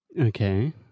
Okay